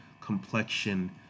complexion